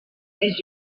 més